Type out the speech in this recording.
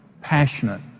passionate